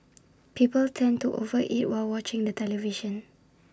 people tend to over eat while watching the television